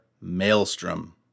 Maelstrom